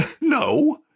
No